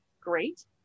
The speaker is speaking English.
great